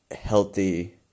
healthy